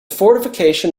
fortification